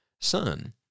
son